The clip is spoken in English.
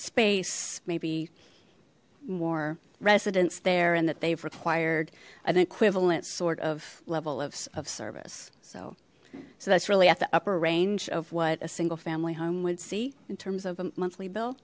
space maybe more residents there and that they've required an equivalent sort of level of service so so that's really at the upper range of what a single family home would see in terms of a monthly bill